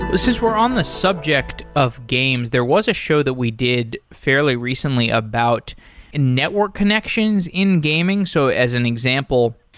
since we're on the subject of games, there was a show that we did fairly recently about network connections in gaming. so as an example,